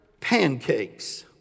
pancakes